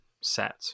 set